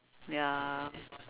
ya